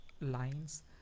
lines